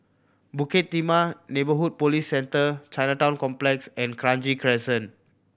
Bukit Timah Neighbourhood Police Centre Chinatown Complex and Kranji Crescent